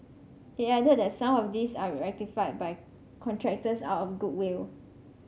it added that some of these are rectified by contractors out of goodwill